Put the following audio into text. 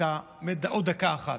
אדוני היושב-ראש,